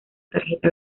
tarjeta